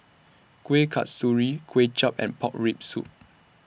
Kuih Kasturi Kway Chap and Pork Rib Soup